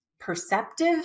perceptive